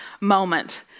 moment